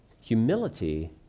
Humility